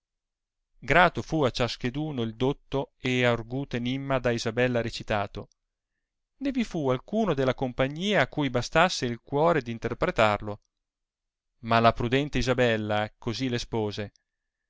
grato fu a ciascaduno il dotto e arguto enimma da isabella recitato né vi fu alcun della compagnia a cui bastasse il cuore d interpretarlo ma la prudente isabella così l'espose